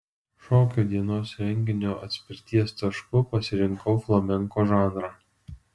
šokio dienos renginio atspirties tašku pasirinkau flamenko žanrą